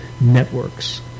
networks